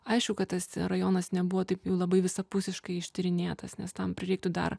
aišku kad tas rajonas nebuvo taip jau labai visapusiškai ištyrinėtas nes tam prireiktų dar